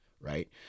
right